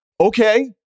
okay